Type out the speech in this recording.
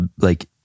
like-